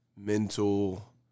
mental